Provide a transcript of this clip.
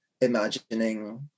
imagining